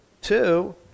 two